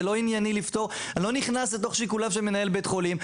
וזה לא ענייני לפתור ואני לא נכנס לתוך שיקוליו של מנהל בית החולים.